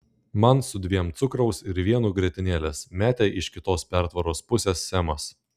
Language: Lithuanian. man su dviem cukraus ir vienu grietinėlės metė iš kitos pertvaros pusės semas